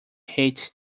hate